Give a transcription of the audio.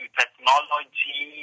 technology